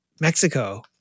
Mexico